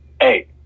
hey